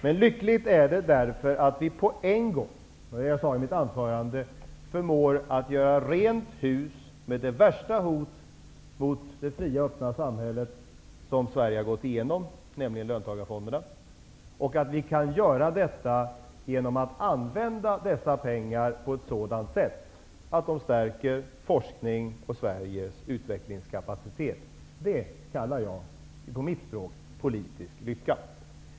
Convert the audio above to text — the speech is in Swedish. Men det är lyckligt därför att vi på en gång, som jag sade i mitt anförande, förmår att göra rent hus med det värsta hotet mot det fria, öppna samhället som Sverige har gått igenom, nämligen löntagarfonderna. Vi kan göra detta genom att använda dessa pengar på ett sådant sätt att de stärker forskningen och Sveriges utvecklingskapacitet. Det kallar jag, på mitt språk, politisk lycka.